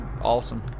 awesome